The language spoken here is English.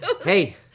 Hey